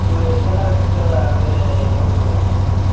two days కల్లా fix అక్కడికి వెళ్లి పోదాం సార్